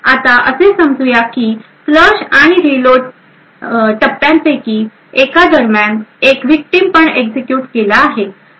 आता आपण असे समजूया की फ्लश आणि रीलोड टप्प्यांपैकी एका दरम्यान एक विक्टिम पण एक्झिक्युट केला आहे